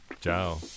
ciao